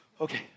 okay